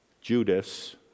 Judas